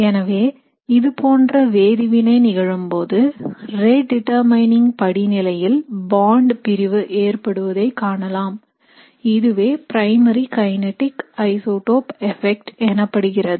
எனவே இதுபோன்ற வேதிவினை நிகழும்போது ரேட்டிட்டர்மைனிங் படிநிலையில் bond பிரிவு ஏற்படுவதை காணலாம் இதுவே பிரைமரி கைனடிக் ஐசோடோப் எபெக்ட் எனப்படுகிறது